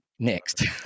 Next